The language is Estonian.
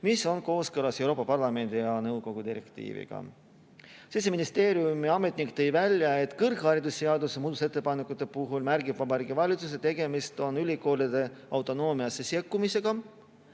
mis on kooskõlas Euroopa Parlamendi ja nõukogu direktiiviga. Siseministeeriumi ametnik tõi välja, et kõrgharidusseaduse muudatusettepanekute puhul märgib Vabariigi Valitsus, et tegemist on ülikoolide autonoomiasse sekkumisega.